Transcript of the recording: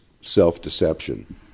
self-deception